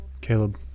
Caleb